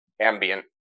ambient